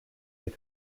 est